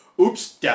oops